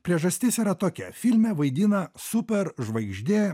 priežastis yra tokia filme vaidina super žvaigždė